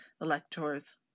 Electors